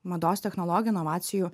mados technologijų inovacijų